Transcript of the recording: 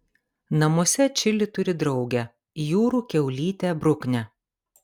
namuose čili turi draugę jūrų kiaulytę bruknę